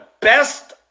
best